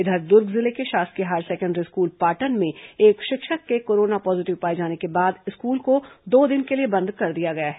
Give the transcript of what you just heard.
इधर दूर्ग जिले के शासकीय हायर सेकेंडरी स्कूल पाटन में एक शिक्षक के कोरोना पॉजीटिव पाए जाने के बाद स्कूल को दो दिन के लिए बंद कर दिया गया है